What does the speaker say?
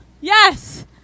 Yes